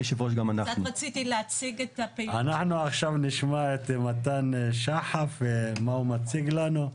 נשמע את מתן שחק בבקשה.